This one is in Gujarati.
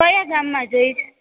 કયા ગામમાં જોઇ છે